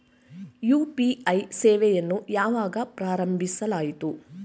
UPI ಸೇವೆಯನ್ನು ಯಾವಾಗ ಪ್ರಾರಂಭಿಸಲಾಯಿತು?